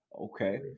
Okay